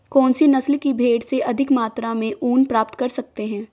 कौनसी नस्ल की भेड़ से अधिक मात्रा में ऊन प्राप्त कर सकते हैं?